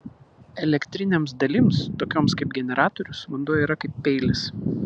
elektrinėms dalims tokioms kaip generatorius vanduo yra kaip peilis